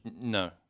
no